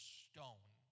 stone